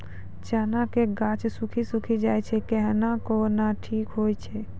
चना के गाछ सुखी सुखी जाए छै कहना को ना ठीक हो छै?